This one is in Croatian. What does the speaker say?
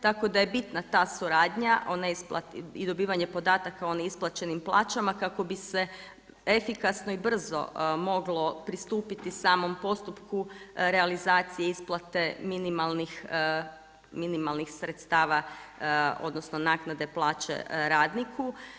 Tako da je bitna ta suradnja o neisplati i dobivanje podataka o neisplaćenim plaćama kako bi se efikasno i brzo moglo pristupiti samom postupku realizacije isplate minimalnih sredstava odnosno naknade plaće radniku.